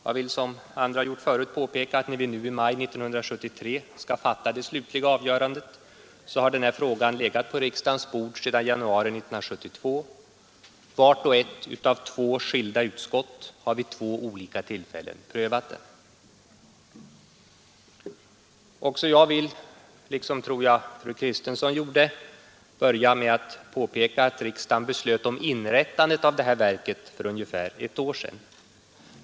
Jag vill påpeka att när vi nu i maj 1973 skall fatta det slutliga avgörandet, har frågan legat på riksdagens bord sedan januari 1972. Vart och ett av två skilda utskott har vid två olika tillfällen prövat den. Också jag vill, liksom fru Kristensson gjorde, börja med att påpeka att riksdagen beslöt om inrättandet av domstolsverket för ungefär ett år sedan.